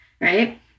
right